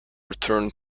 return